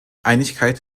einigkeit